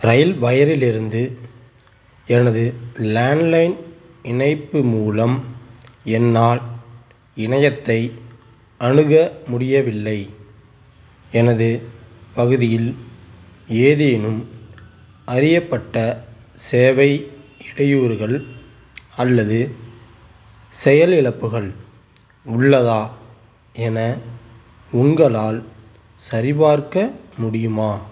ரயில் ஒயரிலிருந்து எனது landline இணைப்பு மூலம் என்னால் இணையத்தை அணுக முடியவில்லை எனது பகுதியில் ஏதேனும் அறியப்பட்ட சேவை இடையூறுகள் அல்லது செயலிழப்புகள் உள்ளதா என உங்களால் சரிபார்க்க முடியுமா